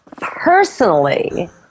Personally